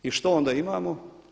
I što onda imamo?